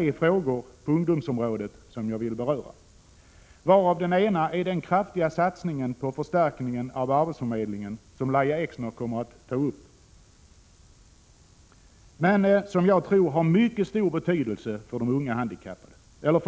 1986/87:94 ungdomsområdet som jag vill beröra, varav den första är den kraftiga 25 mars 1987 satsning på förstärkningen av arbetsförmedlingen som Lahja Exner kommer att ta upp men som jag tror har mycket stor betydelse för